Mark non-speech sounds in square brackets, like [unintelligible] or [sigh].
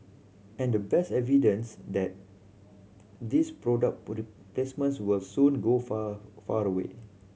and the best evidence that this product [unintelligible] placements will soon go far far away